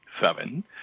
seven